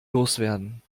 loswerden